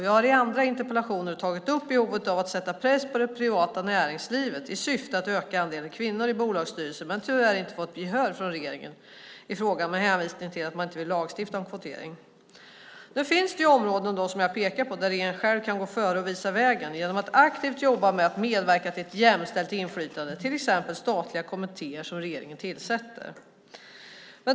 Jag har i andra interpellationer tagit upp behovet av att sätta press på det privata näringslivet i syfte att öka andelen kvinnor i bolagsstyrelser, men jag har tyvärr inte fått gehör från regeringen i frågan med hänvisning till att man inte vill lagstifta om kvotering. Nu finns det områden som jag pekar på där regeringen själv kan gå före och visa vägen genom att aktivt jobba med att medverka till ett jämställt inflytande, i till exempel statliga kommittéer som regeringen tillsätter.